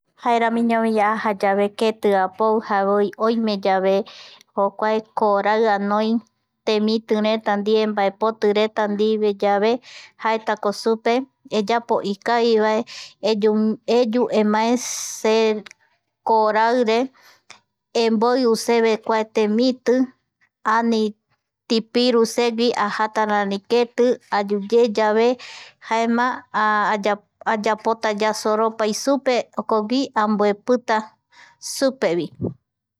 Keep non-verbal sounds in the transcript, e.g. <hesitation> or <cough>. Jaeramiñovi ajayave keti apoujavoi oimeyave jokuae koorai anoi temitireta ndie mbaepotireta ndive jaetako supe eyapo ikavivae eyu <hesitation> eyu emae seve kooraire embou seve kua temiti ani tipiru segui ajata rari keti ayuyeyave jaema <hesitation> ayapota yasoropai supe jokogui amboepita supe vi